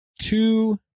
two